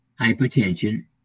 hypertension